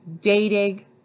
dating